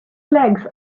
flags